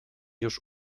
już